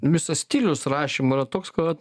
visas stilius rašymo yra toks kad